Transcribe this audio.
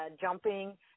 jumping